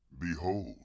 Behold